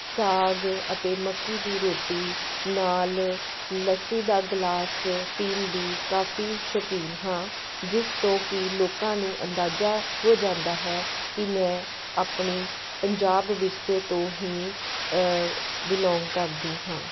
ਸਾਗ ਅਤੇ ਮੱਕੀ ਦੀ ਰੋਟੀ ਨਾਲ ਲੱਸੀ ਦਾ ਗਲਾਸ ਪੀਣ ਦੀ ਕਾਫ਼ੀ ਸ਼ੌਕੀਨ ਹਾਂ ਜਿਸ ਤੋਂ ਕਿ ਲੋਕਾਂ ਨੂੰ ਅੰਦਾਜ਼ਾ ਹੋ ਜਾਂਦਾ ਹੈ ਕਿ ਮੈਂ ਆਪਣੀ ਪੰਜਾਬ ਵਿਰਸੇ ਤੋਂ ਹੀ ਬਿਲੋਂਗ ਕਰਦੀ ਹਾਂ